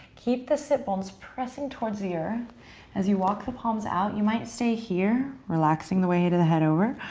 keep the sit bones pressing towards the ear as you walk the palms out. you might stay here, relaxing the weight of the head over,